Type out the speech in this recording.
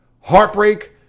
heartbreak